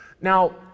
Now